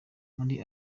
muri